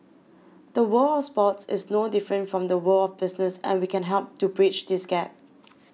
the world of sports is no different from the world of business and we can help to bridge this gap